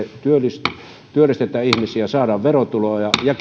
työllistetään työllistetään ihmisiä ja saadaan verotuloja ja